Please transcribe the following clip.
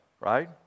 Right